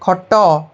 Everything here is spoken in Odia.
ଖଟ